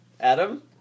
Adam